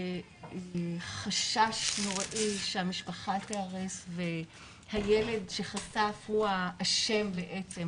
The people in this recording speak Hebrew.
חשש נוראי שהמשפחה תיהרס והילד שחשף הוא ה"אשם" בעצם,